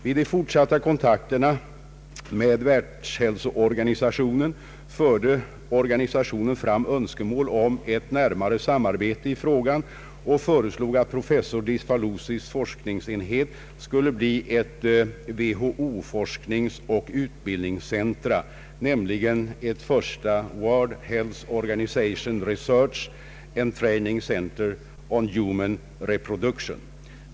Vid de fortsatta kontakterna med WHO förde organisationen fram önskemål om ett närmare samarbete i frågan och före slog att professor Diczfalusys forskningsenhet skulle bli ett av WHO:s forskningsoch = utbildningscentra, nämligen ett första World Health Organization Research and Training Centre on Human Reproduction.